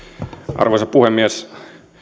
arvoisa puhemies